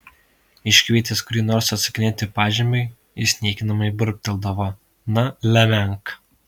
iškvietęs kurį nors atsakinėti pažymiui jis niekinamai burbteldavo na lemenk